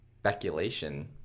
speculation